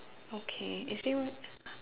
okay is there one